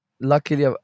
Luckily